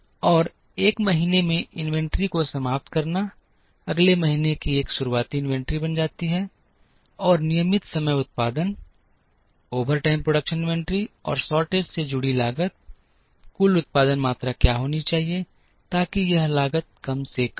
और एक महीने में इन्वेंट्री को समाप्त करना अगले महीने की एक शुरुआती इन्वेंट्री बन जाती है और नियमित समय उत्पादन ओवरटाइम प्रोडक्शन इन्वेंट्री और शॉर्टेज से जुड़ी लागत कुल उत्पादन मात्रा क्या होनी चाहिए ताकि यह लागत कम से कम हो